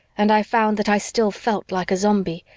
and i found that i still felt like a zombie,